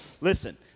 Listen